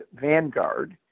Vanguard